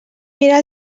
mirar